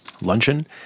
luncheon